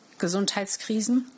Gesundheitskrisen